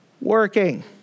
working